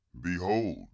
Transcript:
behold